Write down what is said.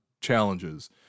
challenges